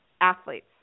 athletes